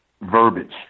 verbiage